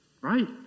right